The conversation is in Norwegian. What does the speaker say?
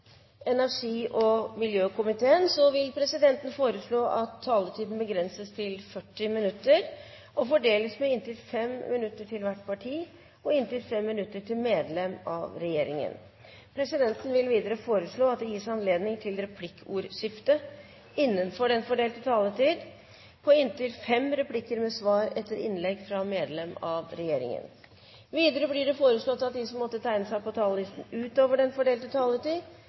energi- og miljøkomiteen vil presidenten foreslå at taletiden begrenses til 40 minutter og fordeles med inntil 5 minutter til hvert parti og inntil 5 minutter til medlem av regjeringen. Presidenten vil videre foreslå at det gis anledning til replikkordskifte på inntil fem replikker med svar etter innlegg fra medlem av regjeringen innenfor den fordelte taletid. Videre blir det foreslått at de som måtte tegne seg på talerlisten utover den fordelte taletid,